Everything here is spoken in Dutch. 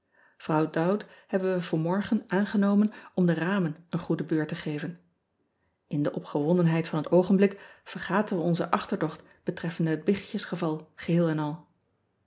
rouw owd hebben we voor morgen ean ebster adertje angbeen aangenomen om de ramen een goedee beurt te geven n de opgewondenheid van het oogenblik vergaten we onze achterdocht betreffende het biggetjes geval geheel en al